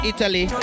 Italy